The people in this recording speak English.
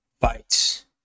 fights